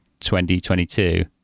2022